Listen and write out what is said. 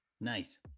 nice